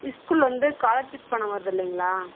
school வந்து scholarship பணம் வருது இல்லைங்களா